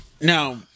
Now